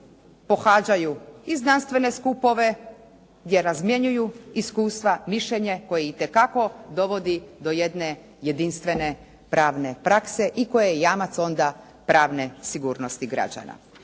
pohađaju i znanstvene skupove gdje razmjenjuju iskustva, mišljenje koje itekako dovodi do jedne jedinstvene pravne prakse i koje je jamac onda pravne sigurnosti građana.